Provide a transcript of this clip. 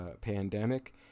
pandemic